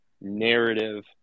narrative